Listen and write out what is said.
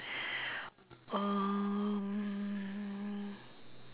um